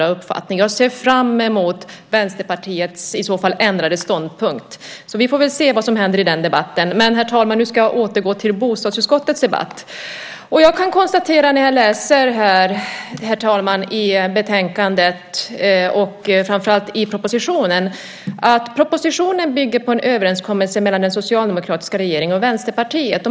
Jag ser i så fall fram emot Vänsterpartiets ändrade ståndpunkt. Vi får väl se vad som händer i den debatten. Herr talman! Nu ska jag återgå till bostadsutskottets debatt. Och jag kan konstatera när jag läser i betänkandet och framför allt i propositionen att propositionen bygger på en överenskommelse mellan den socialdemokratiska regeringen och Vänsterpartiet.